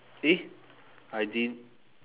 see I didn't